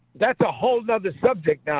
that's a whole nother subject